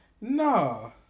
no